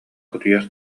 кутуйах